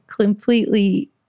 completely